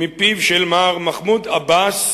מפיו של מר מחמוד עבאס,